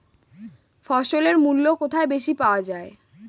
ফসলের মূল্য কোথায় বেশি পাওয়া যায়?